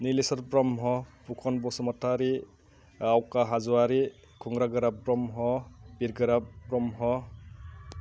निलेसर ब्रह्म फुखन बसुमथारि आवखा हाज'वारि खुंग्रा गोरा ब्रह्म बिरगोरा ब्रह्म